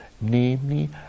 namely